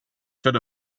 fit